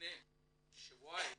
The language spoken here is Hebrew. לפני שבועיים,